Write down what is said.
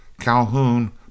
Calhoun